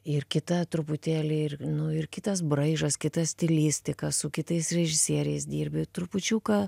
ir kita truputėlį ir nu ir kitas braižas kita stilistika su kitais režisieriais dirbi trupučiuką